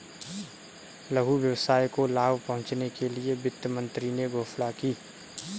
लघु व्यवसाय को लाभ पहुँचने के लिए वित्त मंत्री ने घोषणा की